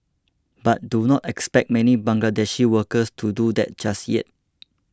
but do not expect many Bangladeshi workers to do that just yet